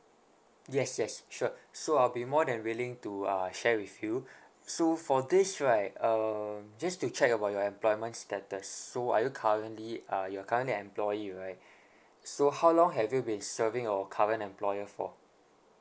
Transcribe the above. yes yes sure so I'll be more than willing to uh share with you so for this right uh just to check about your employment status so are you currently uh you are currently employee right so how long have you been serving your current employer for